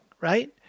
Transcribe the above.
Right